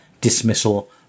dismissal